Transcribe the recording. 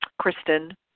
Kristen